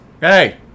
Hey